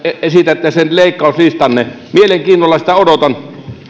esitätte sen leikkauslistanne mielenkiinnolla sitä odotan